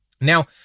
Now